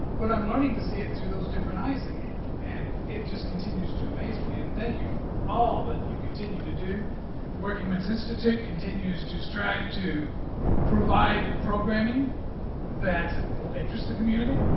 but i'm learning to see it through those different eyes again and it just continues to amaze me, and thank you for all that you continue to do. the working men's institute continues to strive to provide programming that will interest the community.